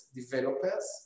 developers